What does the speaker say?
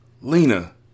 Lena